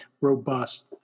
robust